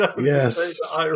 Yes